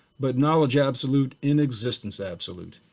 but knowledge absolute in existence absolute.